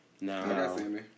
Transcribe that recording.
No